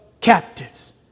captives